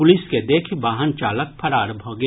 police के देखि वाहन चालक फरार भऽ गेल